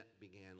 began